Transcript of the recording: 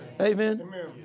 Amen